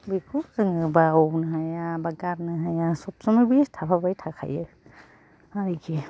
बेखौ जोङो बावनो हाया बा गारनो हाया सब समाय बे थाफाबाय थाखायो आरोखि